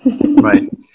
Right